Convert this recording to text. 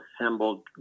assembled